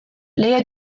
leiho